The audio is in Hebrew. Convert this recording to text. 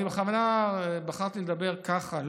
אני בכוונה בחרתי לדבר ככה,